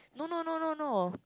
no no no no no